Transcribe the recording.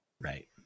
Right